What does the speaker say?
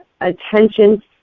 attention